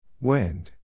wind